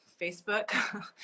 Facebook